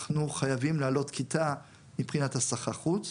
אנחנו חייבים לעלות כיתה מבחינת סחר חוץ,